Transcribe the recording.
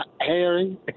Harry